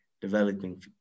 developing